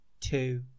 two